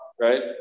right